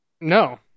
No